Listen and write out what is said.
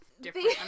different